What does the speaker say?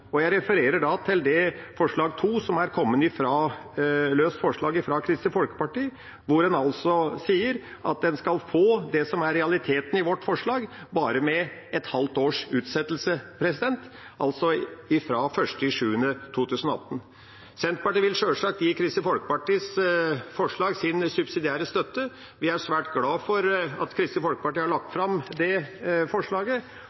Jeg refererer da til forslag nr. 2, som er kommet fra Kristelig Folkeparti, hvor en sier at en skal få det som er realiteten i vårt forslag, bare med et halvt års utsettelse, altså fra 1. juli 2018. Senterpartiet vil sjølsagt gi Kristelig Folkepartis forslag subsidiær støtte. Vi er svært glad for at Kristelig Folkeparti har lagt fram det forslaget,